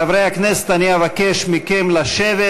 חברי הכנסת, אבקש מכם לשבת,